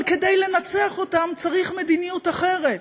אבל כדי לנצח אותם צריך מדיניות אחרת.